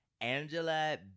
Angela